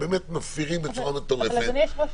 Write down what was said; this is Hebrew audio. שבאמת מפרים בצורה מטורפת --- אבל אדוני היושב-ראש,